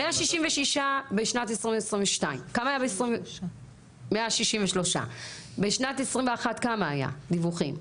163 בשנת 2022. בשנת 2021 כמה דיווחים היו?